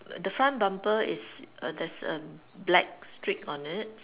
the front bumper is err there's a black streak on it